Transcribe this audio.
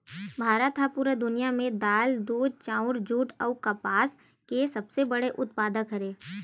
भारत हा पूरा दुनिया में दाल, दूध, चाउर, जुट अउ कपास के सबसे बड़े उत्पादक हरे